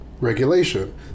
regulation